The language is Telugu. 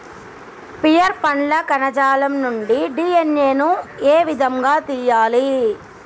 పియర్ పండ్ల కణజాలం నుండి డి.ఎన్.ఎ ను ఏ విధంగా తియ్యాలి?